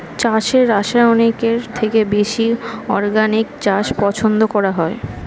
চাষে রাসায়নিকের থেকে বেশি অর্গানিক চাষ পছন্দ করা হয়